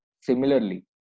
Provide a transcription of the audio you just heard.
similarly